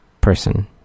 person